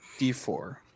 d4